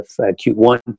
Q1